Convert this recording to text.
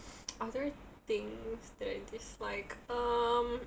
other things that I dislike um